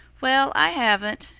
well, i haven't,